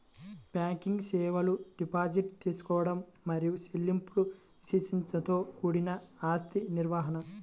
banking సేవలు deposit తీసుకోవడం మరియు చెల్లింపులు విచక్షణతో కూడిన ఆస్తి నిర్వహణ,